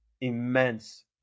immense